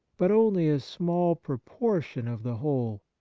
but only a small proportion of the whole.